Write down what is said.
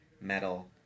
metal